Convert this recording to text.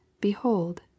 behold